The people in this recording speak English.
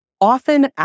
often